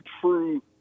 true